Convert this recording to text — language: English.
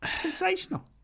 Sensational